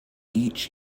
each